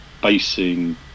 basing